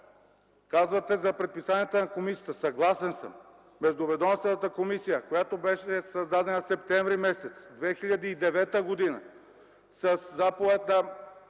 Казвате за предписанията на комисията – съгласен съм. Междуведомствената комисия, която беше създадена през м. септември 2009 г. със заповед на